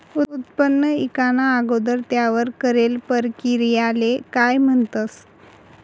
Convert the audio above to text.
उत्पन्न ईकाना अगोदर त्यावर करेल परकिरयाले काय म्हणतंस?